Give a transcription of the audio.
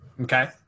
Okay